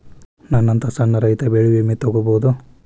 ನನ್ನಂತಾ ಸಣ್ಣ ರೈತ ಬೆಳಿ ವಿಮೆ ತೊಗೊಬೋದ?